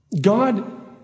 God